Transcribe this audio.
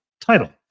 title